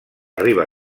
riba